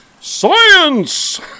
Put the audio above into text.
science